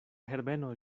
herbeno